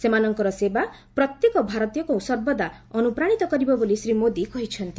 ସେମାନଙ୍କର ସେବା ପ୍ରତ୍ୟେକ ଭାରତୀୟଙ୍କୁ ସର୍ବଦା ଅନୁପ୍ରାଣିତ କରିବ ବୋଲି ଶ୍ରୀ ମୋଦି କହିଛନ୍ତି